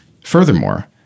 Furthermore